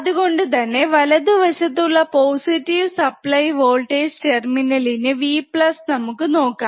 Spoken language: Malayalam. അതുകൊണ്ടുതന്നെ വലതുവശത്തുള്ള പോസിറ്റീവ് സപ്ലൈ വോൾട്ടേജ് ടെർമിനലിന് V നമുക്ക് നോക്കാം